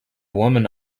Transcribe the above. woman